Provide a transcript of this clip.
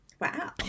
Wow